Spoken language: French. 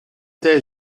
t’ai